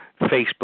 Facebook